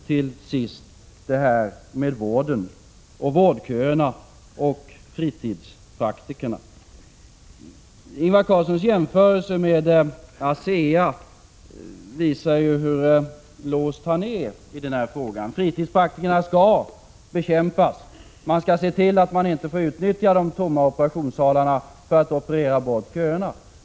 Till sist vill jag ta upp vården, vårdköerna och fritidspraktikerna. Ingvar Carlssons jämförelse med ASEA visar ju hur låst han är i denna fråga. Fritidspraktikerna skall bekämpas. De tomma operationssalarna skall inte få utnyttjas så att läkarna skall kunna operera bort köerna.